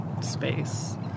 space